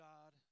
God